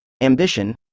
ambition